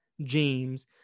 james